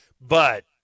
But-